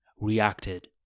reacted